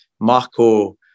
Marco